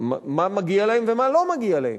מה מגיע להם ומה לא מגיע להם,